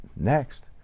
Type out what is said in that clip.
next